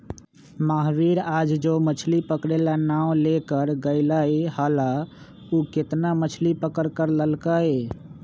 महावीर आज जो मछ्ली पकड़े ला नाव लेकर गय लय हल ऊ कितना मछ्ली पकड़ कर लल कय?